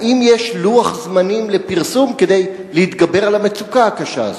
האם יש לוח זמנים לפרסום כדי להתגבר על המצוקה הקשה הזאת?